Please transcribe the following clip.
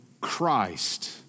Christ